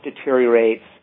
deteriorates